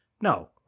no